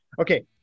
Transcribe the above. Okay